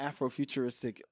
Afrofuturistic